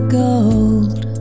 gold